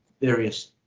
various